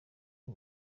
y’u